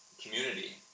community